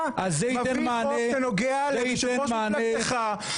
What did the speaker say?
אתה מביא חוק שנוגע ליושב ראש מפלגתך,